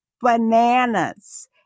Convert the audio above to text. bananas